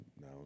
now